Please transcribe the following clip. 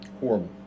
Horrible